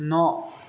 न'